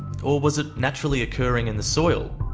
or was it naturally occurring in the soil?